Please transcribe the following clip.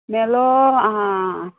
मेलो आं